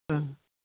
ओ